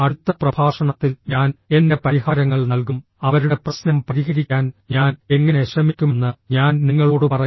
അടുത്ത പ്രഭാഷണത്തിൽ ഞാൻ എന്റെ പരിഹാരങ്ങൾ നൽകും അവരുടെ പ്രശ്നം പരിഹരിക്കാൻ ഞാൻ എങ്ങനെ ശ്രമിക്കുമെന്ന് ഞാൻ നിങ്ങളോട് പറയും